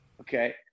Okay